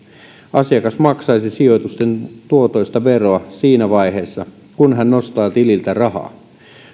asiakas maksaisi sijoitusten tuotoista veroa siinä vaiheessa kun hän nostaa tililtä rahaa